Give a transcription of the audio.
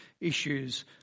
issues